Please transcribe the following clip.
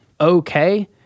okay